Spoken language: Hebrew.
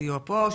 סיוע פה,